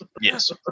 Yes